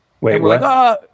wait